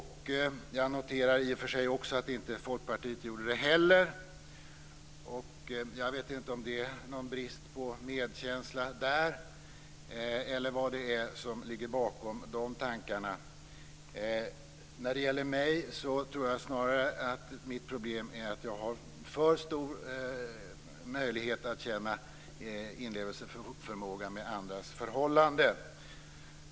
Jag noterar i och för sig också att det gjorde inte heller Folkpartiet. Jag vet inte om det är någon brist på medkänsla där eller vad det är som ligger bakom de tankarna. När det gäller mig själv tror jag snarare att mitt problem är att jag har för stor möjlighet att känna inlevelse med andras förhållanden.